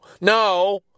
no